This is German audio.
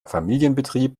familienbetrieb